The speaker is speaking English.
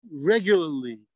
regularly